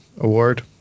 Award